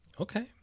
Okay